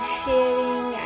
sharing